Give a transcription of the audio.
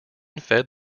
fed